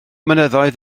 mynyddoedd